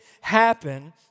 happen